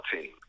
team